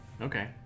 okay